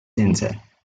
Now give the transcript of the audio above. centre